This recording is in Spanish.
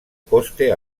coste